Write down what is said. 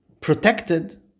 protected